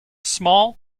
small